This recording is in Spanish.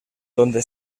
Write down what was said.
donde